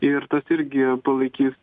ir tas irgi palaikys